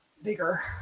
bigger